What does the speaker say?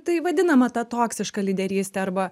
tai vadinama ta toksiška lyderystė arba